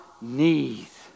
knees